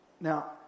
Now